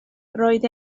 roedd